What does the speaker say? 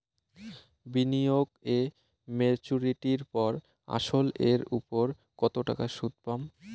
বিনিয়োগ এ মেচুরিটির পর আসল এর উপর কতো টাকা সুদ পাম?